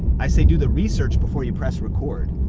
i say do the research before you press record.